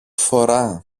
φορά